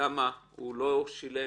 למה הוא לא שילם,